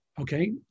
okay